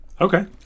Okay